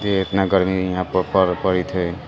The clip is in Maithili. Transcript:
जे एतना गर्मी इहाँ पऽ पर पड़ैत हइ